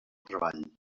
treball